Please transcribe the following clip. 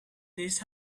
these